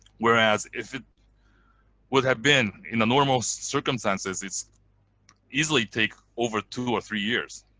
whereas if it would have been in the normal so circumstances, it's easily take over two or three years.